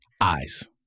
eyes